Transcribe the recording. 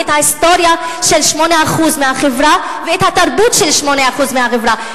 את ההיסטוריה של 8% מהחברה ואת התרבות של 8% מהחברה?